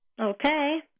Okay